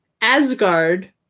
Asgard